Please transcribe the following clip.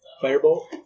Fireball